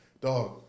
dog